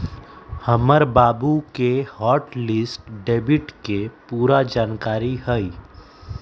हमर बाबु के हॉट लिस्ट डेबिट के पूरे जनकारी हइ